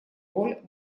роль